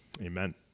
Amen